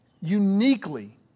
uniquely